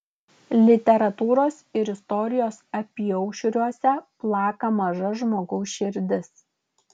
literatūros ir istorijos apyaušriuose plaka maža žmogaus širdis